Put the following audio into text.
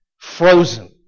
Frozen